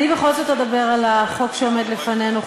אני בכל זאת אדבר על החוק שעומד לפנינו,